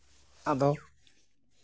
ᱟᱫᱚ